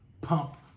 pump